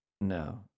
no